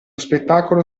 spettacolo